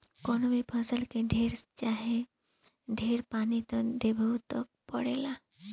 कवनो भी फसल के थोर चाहे ढेर पानी त देबही के पड़ेला